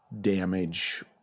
damage